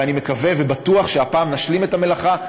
ואני מקווה ובטוח שהפעם נשלים את המלאכה,